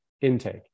intake